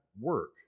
work